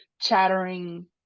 chattering